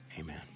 Amen